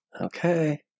Okay